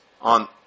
on